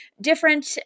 different